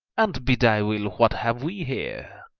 an't be thy will! what have we here?